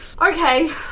Okay